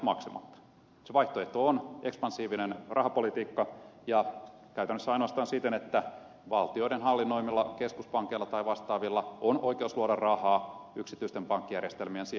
se vaihtoehto on ekspansiivinen rahapolitiikka ja käytännössä ainoastaan siten että valtioiden hallinnoimilla keskuspankeilla tai vastaavilla on oikeus luoda rahaa yksityisten pankkijärjestelmien sijasta